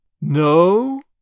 No